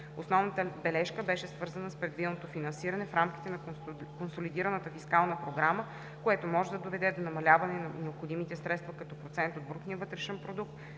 Основната бележка беше свързана с предвиденото „финансиране в рамките на консолидираната фискална програма“, което може да доведе до намаляване на необходимите средства като процент от БВП в сравнение